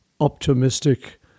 optimistic